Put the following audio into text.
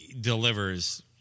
delivers